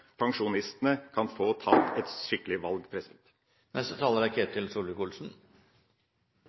pensjonistene kan få tatt et skikkelig valg? Det er